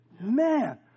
Man